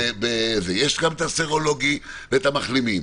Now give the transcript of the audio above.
יש גם את הסרולוגיה ואת המחלימים.